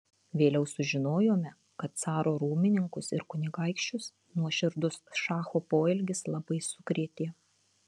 vėliau sužinojome kad caro rūmininkus ir kunigaikščius nuoširdus šacho poelgis labai sukrėtė